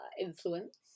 influence